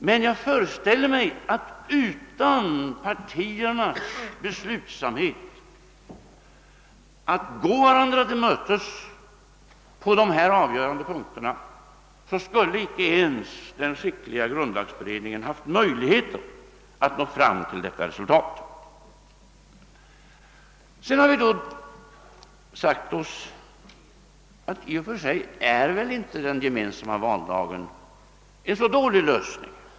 Men jag föreställer mig att utan partiernas beslutsamhet att gå varandra till mötes på de avgörande punkterna skulle icke ens den skickligaste grundlagberedning ha haft möjlighet att nå fram till detta resultat. Vi har sedan sagt oss att den gemensamma valdagen i och för sig inte är en så dålig lösning.